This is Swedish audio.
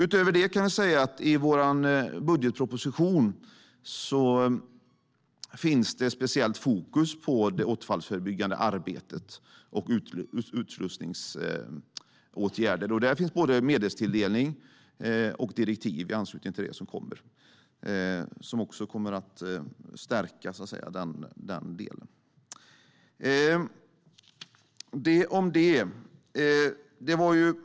Utöver det kan jag säga att det i vår budgetproposition finns speciellt fokus på det återfallsförebyggande arbetet och utslussningsåtgärder. Där finns både medelstilldelning och direktiv i anslutning till det som kommer. Det kommer att stärka den delen.